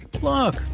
Look